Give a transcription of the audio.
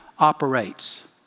operates